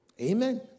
Amen